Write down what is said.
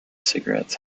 cigarettes